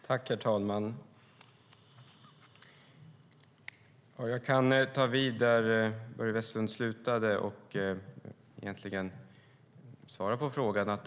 Herr talman! Jag kan ta vid där Börje Vestlund slutade och svara på frågan.